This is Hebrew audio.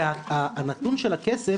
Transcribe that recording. והנתון של הכסף